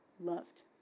loved